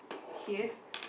here